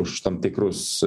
už tam tikrus